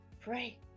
Pray